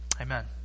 Amen